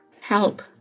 Help